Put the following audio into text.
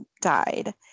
died